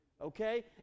okay